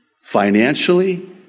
financially